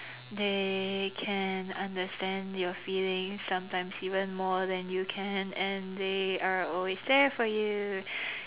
they can understand your feelings sometimes even more than you can and they are always there for you